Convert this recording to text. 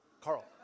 Carl